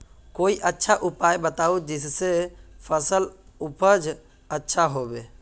कोई अच्छा उपाय बताऊं जिससे फसल उपज अच्छा होबे